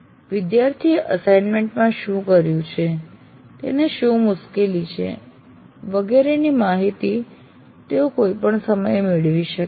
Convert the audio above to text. વિદ્યાર્થીએ અસાઈનમનેટ માં શું કર્યું છે તેને શું મુશ્કેલી છે વગેરેની માહિતી તેઓ કોઈપણ સમયે મેળવી શકે છે